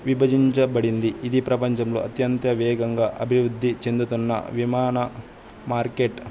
విభజించబడింది ఇది ప్రపంచంలో అత్యంత వేగంగా అభివృద్ధి చెందుతున్న విమాన మార్కెట్